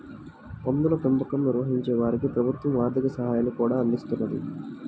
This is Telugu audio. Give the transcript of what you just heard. పందుల పెంపకం నిర్వహించే వారికి ప్రభుత్వం ఆర్ధిక సాయాన్ని కూడా అందిస్తున్నది